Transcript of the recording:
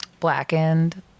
blackened